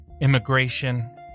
Immigration